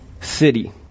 city